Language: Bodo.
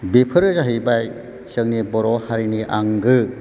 बेफोरो जाहैबाय जोंनि बर' हारिनि आंगो